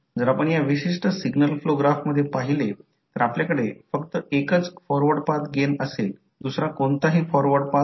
M didt साठी योग्य पोलारिटीची निवड एक्झामिनिंग करून किंवा विशिष्ट मार्गाने ज्यामध्ये दोन्ही कॉइल फिसिकली गुंडाळलेल्या आहेत आणि हॅण्ड रूलसह लेन्झ लॉLenz's law लागू करणे हे एक कठीण आहे